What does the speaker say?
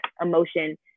emotion